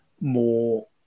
more